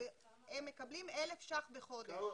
הם מקבלים 1,000 ש"ח בחודש.